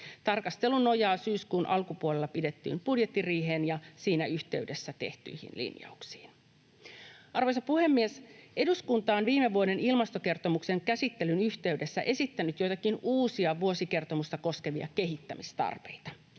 Tarkastelu nojaa syyskuun alkupuolella pidettyyn budjettiriiheen ja siinä yhteydessä tehtyihin linjauksiin. Arvoisa puhemies! Eduskunta on viime vuoden ilmastokertomuksen käsittelyn yhteydessä esittänyt joitakin uusia vuosikertomusta koskevia kehittämistarpeita.